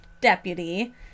deputy